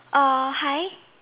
hi